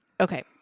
okay